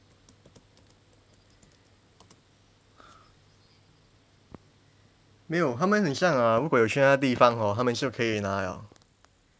没有他们很像 uh 如果有去到那个地方 hor 他们也是可以拿 liao